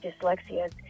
dyslexia